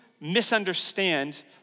misunderstand